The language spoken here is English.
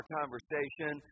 conversation